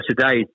today